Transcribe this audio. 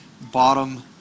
bottom